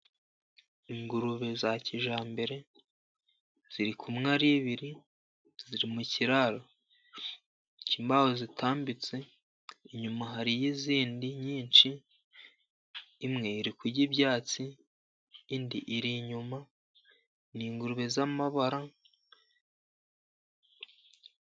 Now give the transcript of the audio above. Ingurube za kijyambere ziri kumwe ari ebyiri, ziri mu kiraro cy' imbaho zitambitse, inyuma hariyo izindi nyinshi, imwe iri kurya ibyatsi, indi iri inyuma, ni ingurube z'amabara.